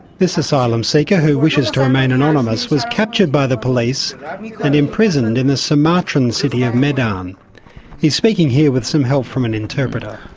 this asylum seeker, who wishes to remain anonymous, was captured by the police and imprisoned and in the sumatran city of medan. um he's speaking here with some help from an interpreter.